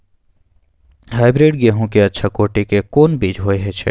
Hybrid गेहूं के अच्छा कोटि के कोन बीज होय छै?